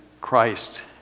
Christ